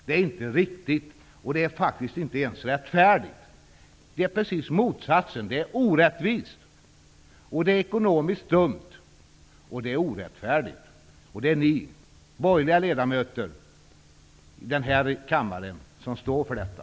Det är inte riktigt, och det är faktiskt inte ens rättfärdigt. Det är precis motsatsen: Det är orättvist. Det är ekonomiskt dumt, och det är orättfärdigt. Det är ni borgerliga ledamöter i denna kammare som står för detta.